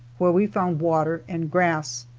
where we found water and grass.